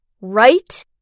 right